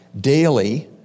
daily